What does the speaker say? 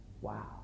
Wow